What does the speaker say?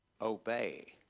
obey